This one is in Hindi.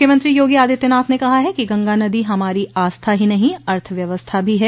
मुख्यमंत्री योगी आदित्यनाथ ने कहा है कि गंगा नदी हमारी आस्था ही नहीं अर्थव्यवस्था भी है